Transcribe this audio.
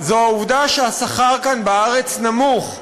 העובדה שהשכר כאן בארץ נמוך.